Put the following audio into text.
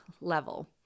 level